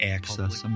Access